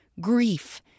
grief